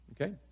Okay